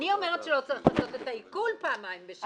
אני אומרת שלא צריך לעשות את העיקול פעמיים בשנה.